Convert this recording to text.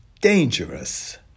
dangerous